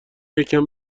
یکم